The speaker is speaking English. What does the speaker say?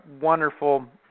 wonderful